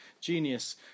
genius